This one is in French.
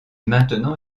maintenant